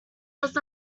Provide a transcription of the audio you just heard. was